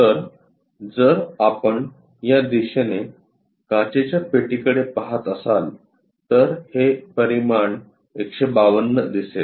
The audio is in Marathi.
तर जर आपण या दिशेने काचेच्या पेटीकडे पहात असाल तर हे परिमाण 152 दिसेल